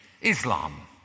Islam